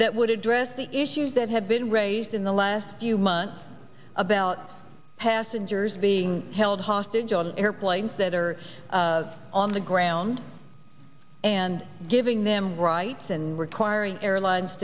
that would address the issues that have been raised in the last few months about passengers being held hostage on airplanes that are on the ground and giving them rights and requiring airlines